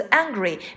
angry